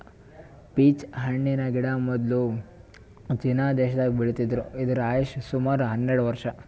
peach ಹಣ್ಣಿನ್ ಗಿಡ ಮೊದ್ಲ ಚೀನಾ ದೇಶದಾಗ್ ಬೆಳಿತಿದ್ರು ಇದ್ರ್ ಆಯುಷ್ ಸುಮಾರ್ ಹನ್ನೆರಡ್ ವರ್ಷ್